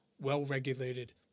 well-regulated